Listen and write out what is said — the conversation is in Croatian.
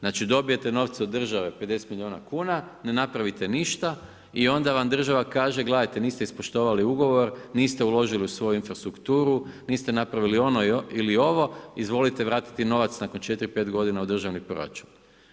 Znači dobijete novce od države 50 milijuna kuna, ne napravite ništa i onda vam država kaže gledajte, niste ispoštovali ugovor, niste uložili u svoju infrastrukturu, niste napravili ovo ili ono izvolite vratiti novac nakon 4, 5 godina u državni proračun.